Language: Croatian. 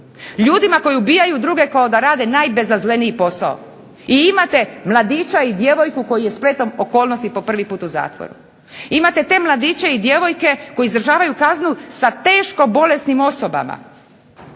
ljudima koji ubijaju druge kao da rade najbezazleniji posao i imate mladića i djevojku koji je spletom okolnosti po prvi puta u zatvoru. Imate te mladiće i djevojke koji izdržavaju kaznu sa teško bolesnim osobama,